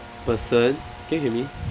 person can you hear me